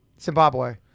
Zimbabwe